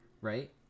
right